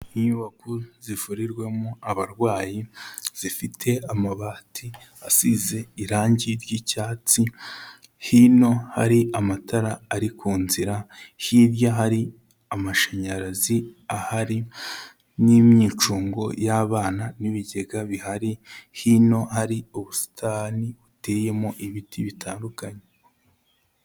Inyubako zivurirwamo abarwayi, zifite amabati asize irangi ry'icyatsi, hino hari amatara ari ku nzira, hirya hari amashanyarazi ahari, n'imyicungo y'abana, n'ibigega bihari, hino hari ubusitani buteyemo ibiti bitandukanye.